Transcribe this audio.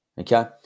okay